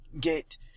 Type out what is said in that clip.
get